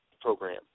program